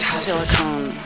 silicone